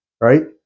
right